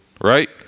right